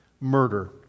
murder